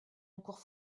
encore